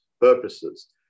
purposes